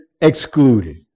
excluded